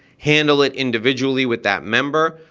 handle it individually with that member,